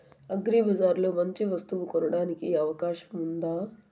అగ్రిబజార్ లో మంచి వస్తువు కొనడానికి అవకాశం వుందా?